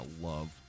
love